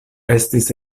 estis